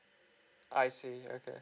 I see okay